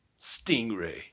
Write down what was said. Stingray